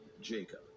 Jacob